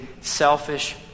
selfish